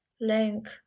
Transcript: link